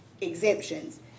exemptions